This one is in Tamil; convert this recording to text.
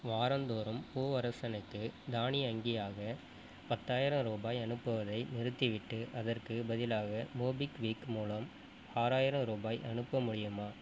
வாராந்தோறும் பூவரசனுக்கு தானியங்கியாக பத்தாயிரம் ரூபாய் அனுப்புவதை நிறுத்திவிட்டு அதற்குப் பதிலாக மோபிக்விக் மூலம் ஆறாயிரம் ரூபாய் அனுப்ப முடியுமா